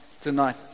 tonight